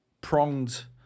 pronged